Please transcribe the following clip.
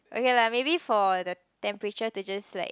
okay lah maybe for the temperatures they just like